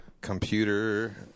computer